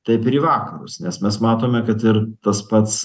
taip ir į vakarus nes mes matome kad ir tas pats